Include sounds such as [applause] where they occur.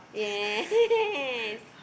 yeah yeah yes [laughs]